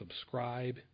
subscribe